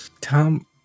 Tom